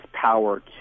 power